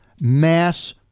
mass